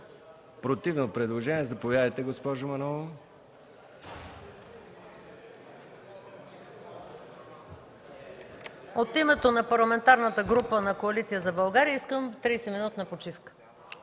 Противно предложение – заповядайте, госпожо Манолова.